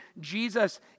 Jesus